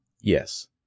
Yes